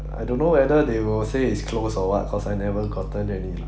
I don't know whether they will say it's closed or what cause I never gotten any